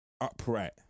upright